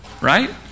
right